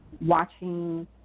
watching